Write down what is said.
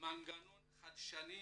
מנגנון חדשני